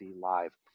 Live